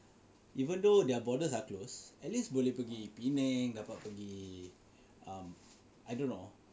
even though their borders are closed at least boleh pergi Penang dapat pergi um I don't know